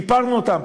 שיפרנו אותם,